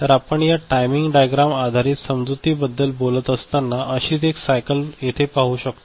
तरआपण या timing diagram आधारित समजुतीबद्दल बोलत असताना अशीच एक सायकल येथे पाहू शकतो